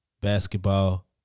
Basketball